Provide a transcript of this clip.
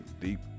Deep